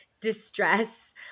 distress